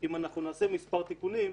אם נעשה מספר תיקונים,